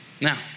Now